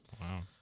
Wow